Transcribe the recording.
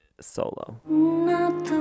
solo